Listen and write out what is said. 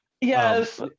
yes